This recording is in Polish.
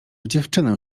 dziewczynę